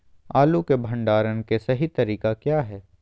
आलू के भंडारण के सही तरीका क्या है?